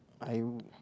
I